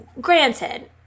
Granted